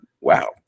wow